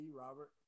Robert